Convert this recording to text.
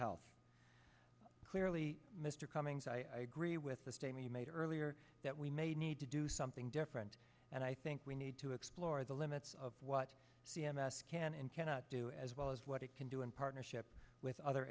health clearly mr cummings i agree with the same he made earlier that we may need to do something different and i think we need to explore the limits of what c m s can and cannot do as well as what it can do in partnership with other